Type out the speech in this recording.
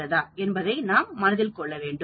என்பதை நாம் மனதில் கொள்ள வேண்டும்